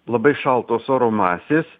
labai šaltos oro masės